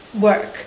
work